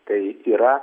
tai yra